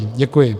Děkuji.